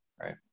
right